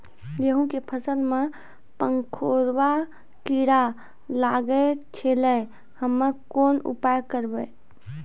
गेहूँ के फसल मे पंखोरवा कीड़ा लागी गैलै हम्मे कोन उपाय करबै?